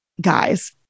guys